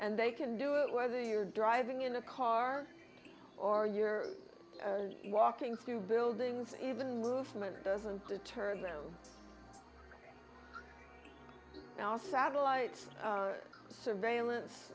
and they can do it whether you're driving in a car or you're walking through buildings even movement doesn't deter them now satellite surveillance